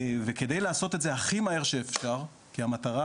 על מנת לעשות את זה הכי מהר שאפשר,